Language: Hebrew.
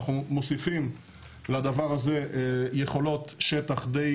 אנחנו מוסיפים לדבר הזה יכולות שטח די